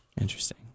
Interesting